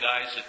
guys